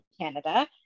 Canada